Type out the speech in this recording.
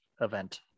event